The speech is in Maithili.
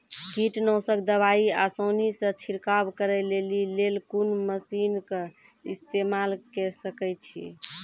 कीटनासक दवाई आसानीसॅ छिड़काव करै लेली लेल कून मसीनऽक इस्तेमाल के सकै छी?